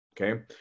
okay